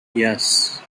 yes